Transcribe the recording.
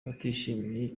batishimiye